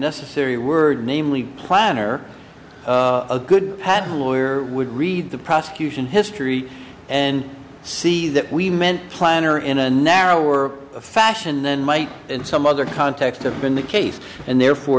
necessary word namely planner a good patent lawyer would read the prosecution history and see that we meant plan or in a narrower fashion then might in some other context of been the case and therefore